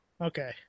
Okay